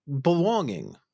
belonging